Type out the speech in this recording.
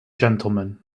gentlemen